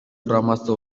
курамасы